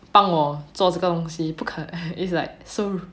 帮我做这个东西不可 is like so rude